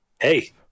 Hey